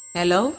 Hello